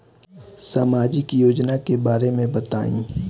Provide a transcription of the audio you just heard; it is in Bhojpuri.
सामाजिक योजना के बारे में बताईं?